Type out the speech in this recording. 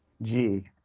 gee,